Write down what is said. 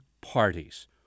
parties